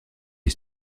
les